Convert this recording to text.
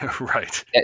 right